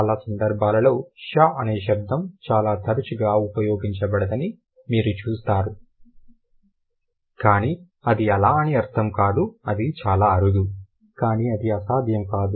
చాలా సందర్భాలలో ష అనే శబ్దం చాలా తరచుగా ఉపయోగించబడదని మీరు చూస్తారు కానీ అది అలా అని అర్థం కాదు అది చాలా అరుదు కానీ అది అసాధ్యం కాదు